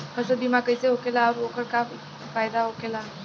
फसल बीमा कइसे होखेला आऊर ओकर का फाइदा होखेला?